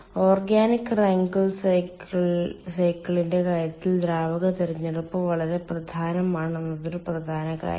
organic Rankine സൈക്കിളിന്റെ കാര്യത്തിൽ ദ്രാവക തിരഞ്ഞെടുപ്പ് വളരെ പ്രധാനമാണ് എന്നത് ഒരു പ്രധാന കാര്യം